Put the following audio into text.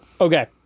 Okay